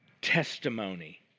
testimony